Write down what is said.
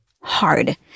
hard